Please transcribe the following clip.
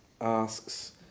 asks